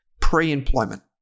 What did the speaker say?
pre-employment